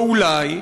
ואולי,